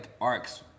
arcs